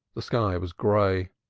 the sky was gray.